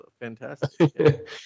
fantastic